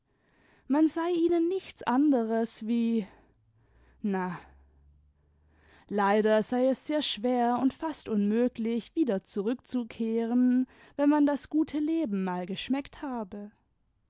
ivsan sei ihi ien nichts anderes wie na leider sei es sehr schwer und fast unmöglich wieder zurückzukehren wenn man das gute leben mal geschnieckt habe